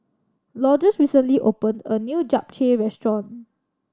Lourdes recently opened a new Japchae Restaurant